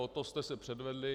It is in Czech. To jste se předvedli!